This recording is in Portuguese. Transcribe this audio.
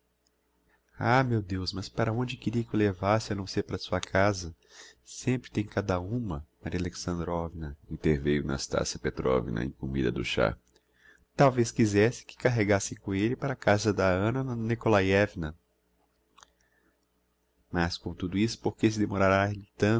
ah meu deus mas para onde queria que o levassem a não ser para sua casa sempre tem cada uma maria alexandrovna interveiu nastassia petrovna a incumbida do chá talvez quisesse que carregassem com elle para casa da anna nikolaievna mas com tudo isso por que se demorará